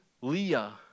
Leah